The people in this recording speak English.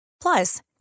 Plus